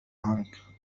عنك